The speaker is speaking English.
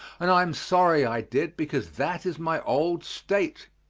and i am sorry i did, because that is my old state.